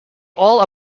all